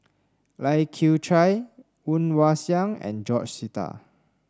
Lai Kew Chai Woon Wah Siang and George Sita